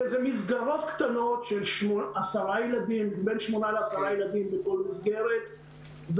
זה מסגרות קטנות של 10 ילדים בכל מסגרת,